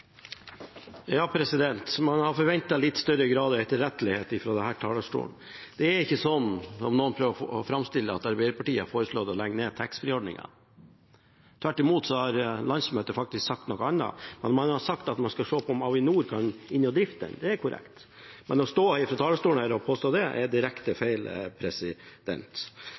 Man hadde forventet litt større grad av etterrettelighet fra denne talerstolen. Det er ikke slik, som noen prøver å framstille det, at Arbeiderpartiet har foreslått å legge ned taxfree-ordningen. Tvert imot har landsmøtet faktisk sagt noe annet. Man har sagt at man skal se på om Avinor kan gå inn og drifte – det er korrekt. Men å stå på talerstolen og påstå dette er direkte